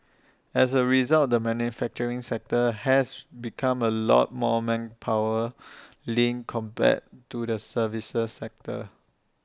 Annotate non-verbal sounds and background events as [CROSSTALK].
[NOISE] as A result the manufacturing sector has become A lot more manpower [NOISE] lean compared to the services sector